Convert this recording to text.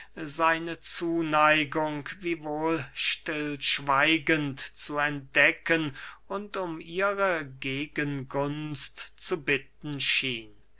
seine zuneigung wiewohl stillschweigend zu entdecken und um ihre gegengunst zu bitten schien